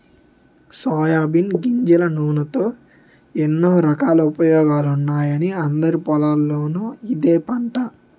soybean గింజల నూనెతో ఎన్నో రకాల ఉపయోగాలున్నాయని అందరి పొలాల్లోనూ ఇదే పంట